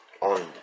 On